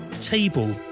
table